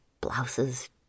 blouses